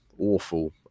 awful